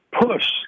push